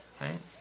Right